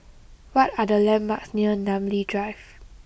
what are the landmarks near Namly Drive